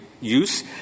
use